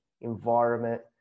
Environment